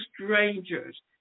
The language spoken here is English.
strangers